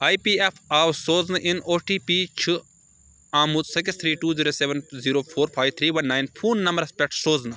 I P F O سوزنہٕ اِن O T P چھُ آمُت six three two zero seven zero four five three one nine phone نمبرَس پٮ۪ٹھ سوزنہٕ